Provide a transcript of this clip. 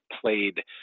played